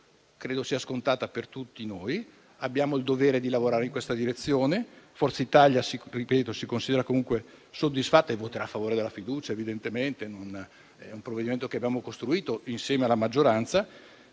credo sia scontata per tutti noi. Abbiamo il dovere di lavorare in questa direzione. Forza Italia si considera comunque soddisfatta e voterà a favore della fiducia, evidentemente. È un provvedimento che abbiamo costruito insieme alla maggioranza,